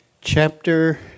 chapter